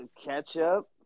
Ketchup